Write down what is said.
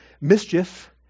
mischief